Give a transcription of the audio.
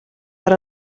per